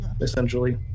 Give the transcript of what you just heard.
essentially